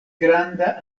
granda